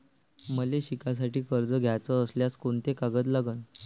मले शिकासाठी कर्ज घ्याचं असल्यास कोंते कागद लागन?